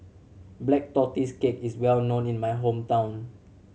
Black Tortoise Cake is well known in my hometown